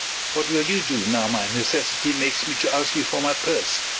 what will you do, now my necessity makes me to ask you for my purse?